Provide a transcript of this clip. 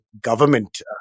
government